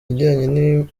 ijyanye